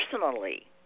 personally